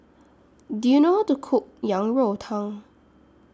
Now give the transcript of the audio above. Do YOU know How to Cook Yang Rou Tang